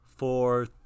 four